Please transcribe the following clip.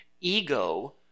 ego